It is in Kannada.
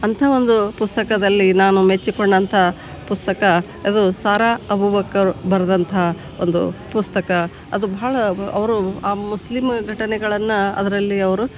ಅಂಥ ಒಂದು ಪುಸ್ತಕದಲ್ಲಿ ನಾನು ಮೆಚ್ಚಿಕೊಂಡಂಥ ಪುಸ್ತಕ ಅದು ಸಾರಾ ಅಬೂಬಕ್ಕರು ಬರೆದಂಥ ಒಂದು ಪುಸ್ತಕ ಅದು ಭಾಳ ಅವರು ಆ ಮುಸ್ಲಿಮ್ ಘಟನೆಗಳನ್ನ ಅದರಲ್ಲಿ ಅವರು